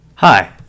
Hi